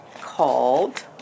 called